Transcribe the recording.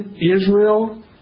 Israel